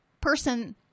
person